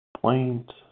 Plaint